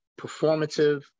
performative